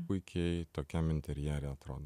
puikiai tokiam interjere atrodo